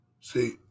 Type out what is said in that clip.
See